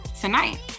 tonight